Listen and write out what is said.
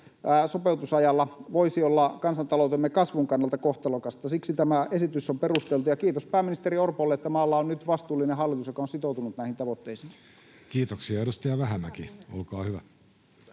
sopeutusajalla voisi olla kansantaloutemme kasvun kannalta kohtalokasta. Siksi tämä esitys on perusteltu. Ja kiitos pääministeri Orpolle, että maalla on nyt vastuullinen hallitus, joka on sitoutunut näihin tavoitteisiin. [Speech 17] Speaker: Jussi Halla-aho